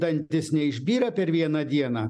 dantys neišbyra per vieną dieną